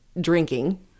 drinking